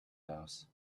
house